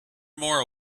more